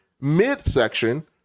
midsection